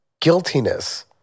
guiltiness